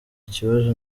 kibazo